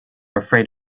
afraid